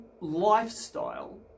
lifestyle